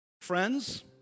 Friends